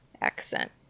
accent